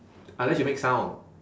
unless you make sound